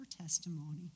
testimony